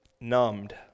numbed